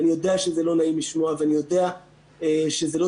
ואני יודע שזה לא נעים לשמוע ואני יודע שזה לא